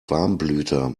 warmblüter